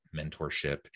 mentorship